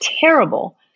terrible